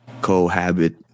Cohabit